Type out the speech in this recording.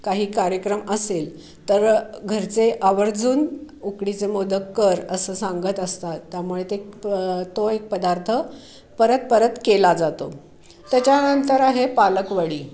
काही कार्यक्रम असेल तर घरचे आवर्जून उकडीचे मोदक कर असं सांगत असतात त्यामुळे ते प तो एक पदार्थ परत परत केला जातो त्याच्यानंतर आहे पालक वडी